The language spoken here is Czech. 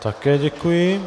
Také děkuji.